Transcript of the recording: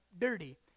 dirty